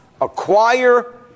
acquire